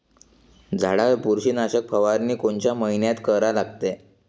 झाडावर बुरशीनाशक फवारनी कोनच्या मइन्यात करा लागते?